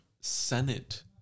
Senate